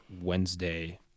Wednesday